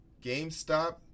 GameStop